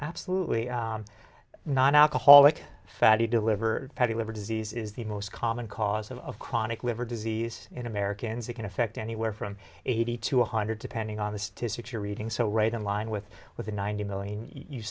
absolutely not alcoholic fatty deliver the liver disease is the most common cause of chronic liver disease in americans it can affect anywhere from eighty to one hundred depending on the statistics you're reading so right in line with with ninety million you